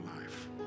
life